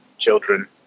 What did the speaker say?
children